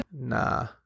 Nah